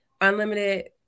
unlimited